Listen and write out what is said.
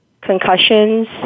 concussions